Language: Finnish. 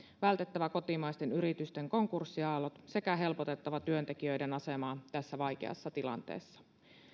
vältettävä kotimaisten yritysten konkurssiaallot sekä helpotettava työntekijöiden asemaa tässä vaikeassa tilanteessa